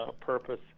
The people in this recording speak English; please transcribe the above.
purpose